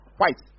White